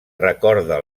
recorda